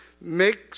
make